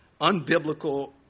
unbiblical